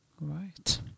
Right